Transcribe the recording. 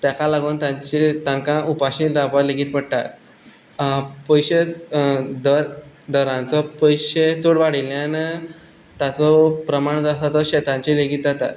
ताका लागून तांचेर तांकां उपाशी लेगीत रावपाक पडटा पयशे दर दराचो पयशे चड वाडिल्ल्यान ताचो प्रमाण जो आसा तो शेतांचेर लेगीत जाता